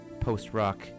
post-rock